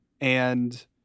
and-